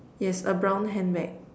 yes a brown handbag